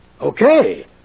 Okay